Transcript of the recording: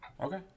Okay